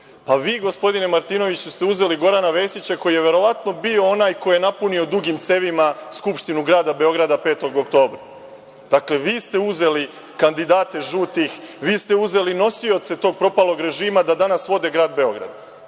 Pa vi, gospodine Martinoviću, ste uzeli Gorana Vesića koji je verovatno bio onaj koji je napunio dugim cevima Skupštinu Grada Beograda 5. oktobra. Dakle, vi ste uzeli kandidate žutih, vi ste uzeli nosioce tog propalog režima da danas vode Grad Beograd